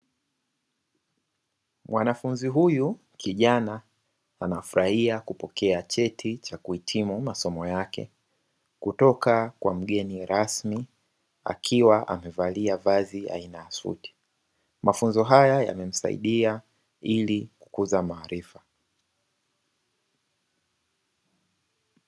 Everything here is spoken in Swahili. Mwanafunzi huyu kijana, anafurahia kupokea cheti cha kuhitimu masomo yake, kutoka kwa mgeni rasmi akiwa amevalia vazi aina ya suti, mafunzo haya yamesaidia ili kukuza maarifa.